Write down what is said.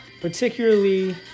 Particularly